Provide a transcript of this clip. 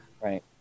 Right